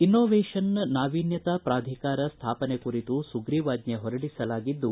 innovation ನಾವೀನ್ಗತಾ ಪ್ರಾಧಿಕಾರ ಸ್ವಾಪನೆ ಕುರಿತು ಸುಗ್ರೀವಾಜ್ಜೆ ಹೊರಡಿಸಲಾಗಿದ್ದು